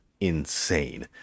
insane